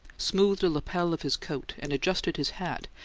smoothed a lapel of his coat, and adjusted his hat,